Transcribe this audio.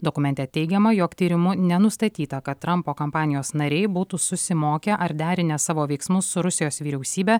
dokumente teigiama jog tyrimu nenustatyta kad trampo kampanijos nariai būtų susimokę ar derinę savo veiksmus su rusijos vyriausybe